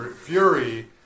Fury